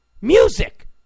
music